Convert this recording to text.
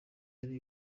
yari